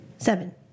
Seven